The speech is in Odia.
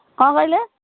କ'ଣ କହିଲେ